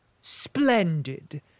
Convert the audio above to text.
Splendid